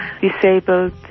disabled